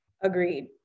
Agreed